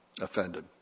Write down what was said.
Offended